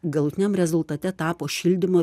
galutiniam rezultate tapo šildymo